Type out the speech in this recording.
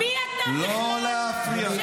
לא להפריע.